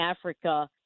Africa